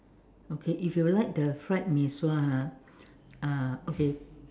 okay if you like the fried mee-sua ha uh okay